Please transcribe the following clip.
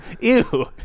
Ew